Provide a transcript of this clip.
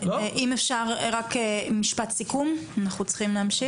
אם אפשר רק משפט סיכום, אנחנו צריכים להמשיך.